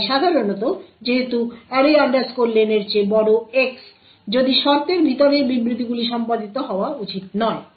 তাই সাধারণত যেহেতু array len এর চেয়ে বড় X যদি শর্তের ভিতরের বিবৃতিগুলি সম্পাদিত হওয়া উচিত নয়